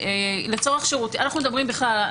אנחנו מדברים בכלל,